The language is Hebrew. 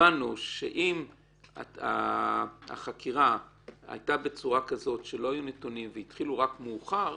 הבנו שאם החקירה הייתה בצורה כזאת שלא היו נתונים והתחילו מאוחר,